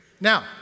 Now